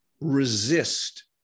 resist